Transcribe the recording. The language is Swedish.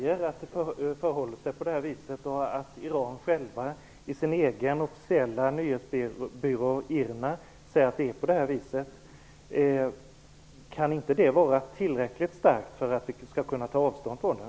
Fru talman! Hizbollah säger att det förhåller sig på det här viset och i sin egen officiella nyhetsbyrå IRNA säger Iran att det är på det här viset. Är inte det tillräckligt för att vi skall kunna ta avstånd från det?